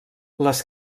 les